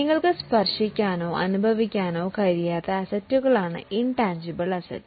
നിങ്ങൾക്ക് സ്പർശിക്കാനോ അനുഭവിക്കാനോ കഴിയാത്ത അസറ്റുകളാണ് ഇൻറ്റാൻജിബിൾ ആസ്തികൾ